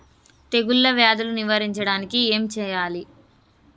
తెగుళ్ళ వ్యాధులు నివారించడానికి ఏం చేయాలి?